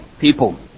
people